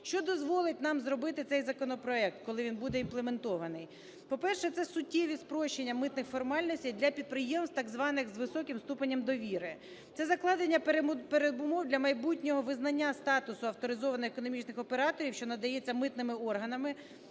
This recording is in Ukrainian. Що дозволить нам зробити цей законопроект, коли він будеімплементований. По-перше, це суттєві спрощення митних формальностей для підприємств, так званих з високим ступенем довіри. Це закладення передумов для майбутнього визнання статусу авторизованих економічних операторів, що надається митними органами